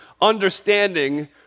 Understanding